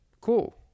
cool